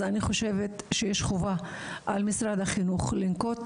אני חושבת שיש חובה על משרד החינוך לנקוט